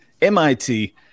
MIT